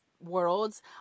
worlds